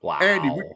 Andy